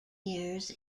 years